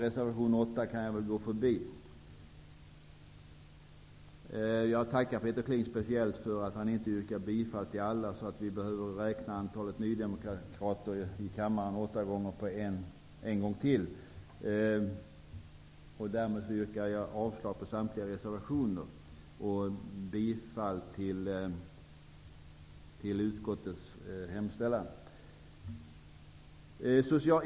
Reservation 8 avstår jag från att kommentera. Jag tackar Peter Kling speciellt för att han inte yrkar bifall till alla 8 reservationera. Vi slipper därmed räkna antalet röstande nydemokrater i kammaren åtta gånger. Herr talman! Jag yrkar avslag på samtliga reservationer och bifall till utskottets hemställan.